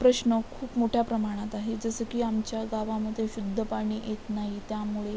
प्रश्न खूप मोठ्या प्रमाणात आहे जसं की आमच्या गावामध्ये शुद्ध पाणी येत नाही त्यामुळे